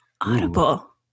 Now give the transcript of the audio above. Audible